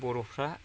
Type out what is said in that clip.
बर'फ्रा